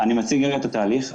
אני מציג את התהליך.